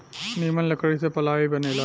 निमन लकड़ी से पालाइ बनेला